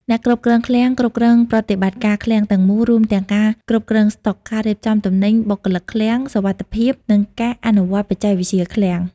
អ្នកគ្រប់គ្រងឃ្លាំង គ្រប់គ្រងប្រតិបត្តិការឃ្លាំងទាំងមូល រួមទាំងការគ្រប់គ្រងស្តុក ការរៀបចំទំនិញ បុគ្គលិកឃ្លាំង សុវត្ថិភាព និងការអនុវត្តបច្ចេកវិទ្យាឃ្លាំង។